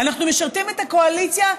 אנחנו משרתים את הקואליציה,